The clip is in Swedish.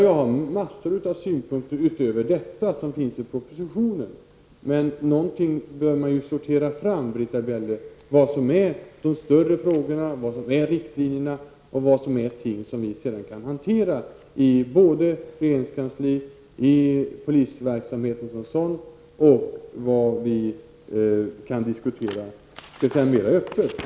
Jag har massor av synpunkter utöver dem som finns i propositionen, men man bör ju sortera fram, Britta Bjelle, vad som är de större frågorna, vad som är riktlinjer och vad som är ting som vi kan hantera i regeringskansliet och i polisverksamheten som sådan och vad vi kan diskutera så att säga mera öppet.